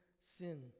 sin